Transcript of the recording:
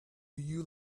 you